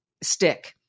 stick